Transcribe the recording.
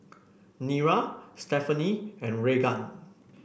Nira Stephanie and Raegan